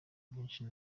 byinshi